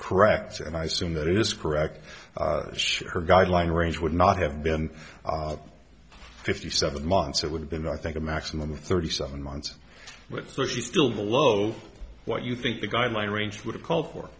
correct and i soon that is correct her guideline range would not have been fifty seven months it would have been i think a maximum of thirty seven months so she's still below what you think the guideline range would've called for